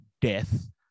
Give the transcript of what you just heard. death